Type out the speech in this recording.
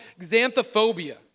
xanthophobia